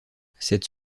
cette